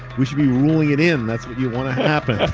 we should be ruling it in. that's what you want to happen.